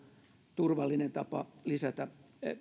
turvallinen tapa lisätä